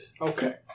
Okay